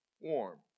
warm